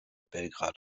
belgrad